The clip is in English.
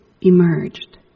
emerged